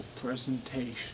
presentation